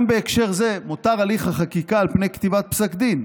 גם בהקשר זה מותר הליך החקיקה על פני כתיבת פסק דין.